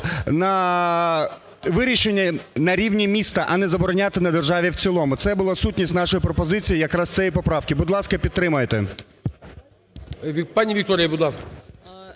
на вирішення на рівні міста, а не забороняти на державі в цілому. Це була сутність нашої пропозиції якраз цієї поправки. Будь ласка, підтримайте. ГОЛОВУЮЧИЙ. Пані Вікторія, будь ласка.